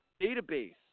database